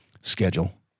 schedule